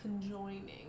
conjoining